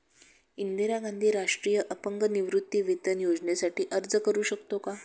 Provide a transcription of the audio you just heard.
इंदिरा गांधी राष्ट्रीय अपंग निवृत्तीवेतन योजनेसाठी अर्ज करू शकतो का?